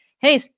Hey